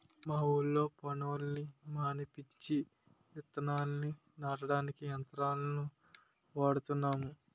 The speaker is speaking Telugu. మా ఊళ్ళో పనోళ్ళని మానిపించి విత్తనాల్ని నాటడానికి యంత్రాలను వాడుతున్నాము